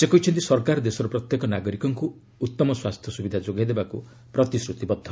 ସେ କହିଛନ୍ତି ସରକାର ଦେଶର ପ୍ରତ୍ୟେକ ନାଗରିକଙ୍କୁ ଉତ୍ତମ ସ୍ୱାସ୍ଥ୍ୟ ସୁବିଧା ଯୋଗାଇ ଦେବାକୁ ପ୍ରତିଶ୍ରୁତିବଦ୍ଧ